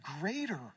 greater